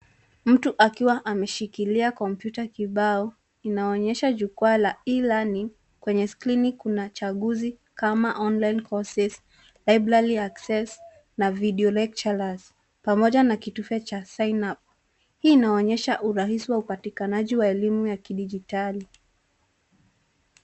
Mtu akiwa ameshikilia kompyuta kibao inaonyesha jukwaa la [cs ] e learning[cs ]. Kwenye skrini kuna chaguzi kama[cs ] online courses, library access [cs ] na [cs ] video lecturers [cs ] pamoja na kidude cha [cs ] sign out[cs ]. Hii inaonyesha urahisi wa upatikanaji wa elimu ya kidijitali.